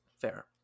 Fair